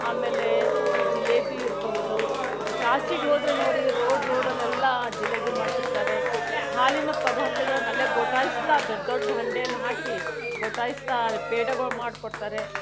ಆಮೇಲೆ ಜಿಲೇಬಿ ಇರಬಹುದು ಕಾಶಿಗ್ಹೋದ್ರೆ ನೋಡಿ ರೋಡ್ ರೋಡಲೆಲ್ಲ ಜಿಲೇಬಿ ಮಾಡ್ತಿರ್ತಾರೆ ಹಾಲಿನ ಪದಾರ್ಥಗಳನ್ನು ಅಲ್ಲೇ ಗೊಟಾಯಿಸ್ತಾ ದೊಡ್ಡ ದೊಡ್ಡ ಹಂಡೆಯಲ್ಲಿ ಹಾಕಿ ಗೊಟಾಯಿಸ್ತಾ ಪೇಡಗಳು ಮಾಡ್ಕೊಡ್ತಾರೆ